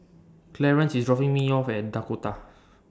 Clarance IS dropping Me off At Dakota